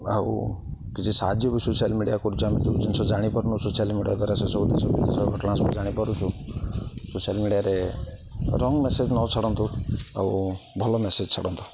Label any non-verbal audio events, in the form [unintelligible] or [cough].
ଆଉ କିଛି ସାହାଯ୍ୟ ବି ସୋସିଆଲ ମିଡ଼ିଆ କରୁଛି ଆମେ ଯେଉଁ ଜିନଷ ଜାଣିପାରୁନୁ ସୋସିଆଲ ମିଡ଼ିଆ ଦ୍ୱାରା ସେ ସବୁ [unintelligible] ଘଟଣା ସବୁ ଜାଣିପାରୁଛୁ ସୋସିଆଲ ମିଡ଼ିଆରେ ରଙ୍ଗ ମେସେଜ ନ ଛାଡ଼ନ୍ତୁ ଆଉ ଭଲ ମେସେଜ ଛାଡ଼ନ୍ତୁ